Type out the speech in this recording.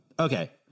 Okay